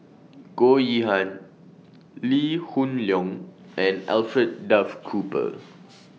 Goh Yihan Lee Hoon Leong and Alfred Duff Cooper